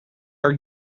are